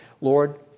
Lord